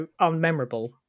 unmemorable